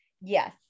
Yes